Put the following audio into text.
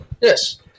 Yes